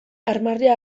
armarria